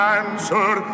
answer